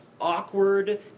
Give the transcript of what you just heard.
awkward